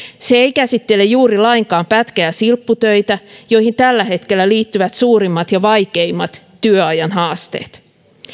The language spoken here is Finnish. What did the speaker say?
se ei käsittele juuri lainkaan pätkä ja silpputöitä joihin tällä hetkellä liittyvät suurimmat ja vaikeimmat työajan haasteet